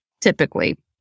typically